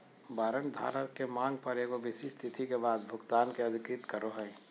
warrant धारक के मांग पर एगो विशिष्ट तिथि के बाद भुगतान के अधिकृत करो हइ